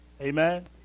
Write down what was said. Amen